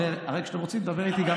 הרי כשאתם רוצים לדבר איתי,